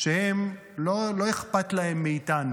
שלא אכפת להם מאיתנו.